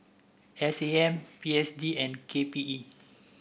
S A M P S D and K P E